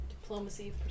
Diplomacy